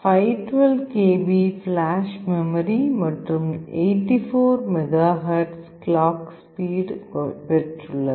இது 512 kilobytes flash memory மற்றும் 84 megahertz clock speed பெற்றுள்ளது